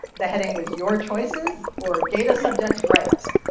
the heading was your choices or data subject rights.